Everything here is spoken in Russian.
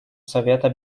совета